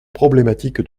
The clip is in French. problématique